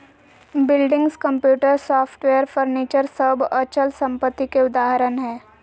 buildings, computer, software, furniture सब अचल संपत्ति के उदाहरण हय